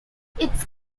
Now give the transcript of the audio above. its